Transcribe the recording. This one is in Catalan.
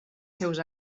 seus